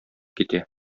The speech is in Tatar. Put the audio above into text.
китә